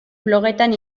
blogetan